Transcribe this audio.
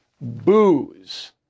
booze